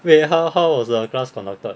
wait how how was the class conducted